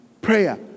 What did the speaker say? prayer